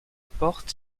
porte